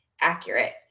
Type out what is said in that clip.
accurate